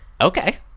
Okay